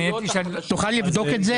תוכל לבדוק את זה?